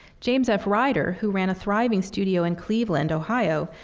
james f. ryder, who ran a thriving studio in cleveland, ohio,